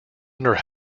under